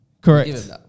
Correct